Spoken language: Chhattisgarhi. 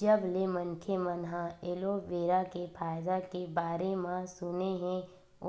जब ले मनखे मन ह एलोवेरा के फायदा के बारे म सुने हे